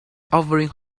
offering